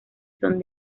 son